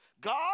God